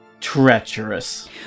treacherous